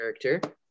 character